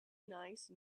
nice